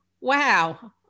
Wow